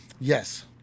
yes